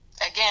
again